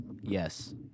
Yes